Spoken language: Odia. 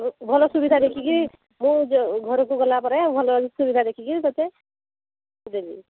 ଭଲ ସୁବିଧା ଦେଖିକି ମୁଁ ଘରକୁ ଗଲାପରେ ଭଲ ସୁବିଧା ଦେଖିକି ତୋତେ ଦେବି